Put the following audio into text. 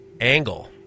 angle